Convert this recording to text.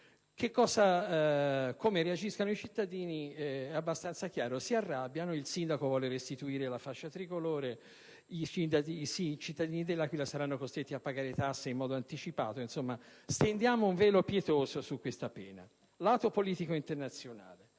Come reagiscano i cittadini è abbastanza chiaro: si arrabbiano ed il sindaco vuole restituire la fascia tricolore. I cittadini de L'Aquila saranno costretti a pagare le tasse in modo anticipato. Insomma, stendiamo un velo pietoso su questa pena. Circa il lato politico internazionale,